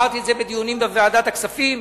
אמרתי את זה בדיונים בוועדת הכספים,